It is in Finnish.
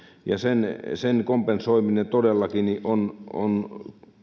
sen sen kompensoiminen todellakin on on